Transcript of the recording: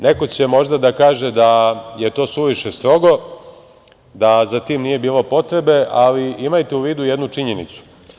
Neko će možda da kaže da je to suviše strogo, da za tim nije bilo potrebe, ali imajte u vidu jednu činjenicu.